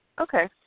Okay